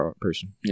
person